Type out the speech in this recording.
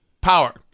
power